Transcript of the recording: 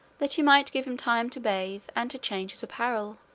that he might give him time to bathe, and to change his apparel.